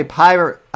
pirate